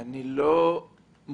אני לא מודע